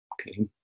Okay